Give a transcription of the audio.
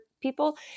people